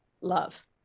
love